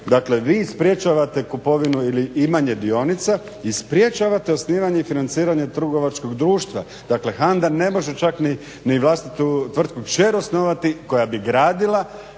dalje, vi spriječavate kupovinu ili imanje dionica i sprijčavate osnivanje financiranje trgovačkog društva. Dakle HANDA ne može čak ni vlastitu tvrtku kćer osnovati koja bi gradila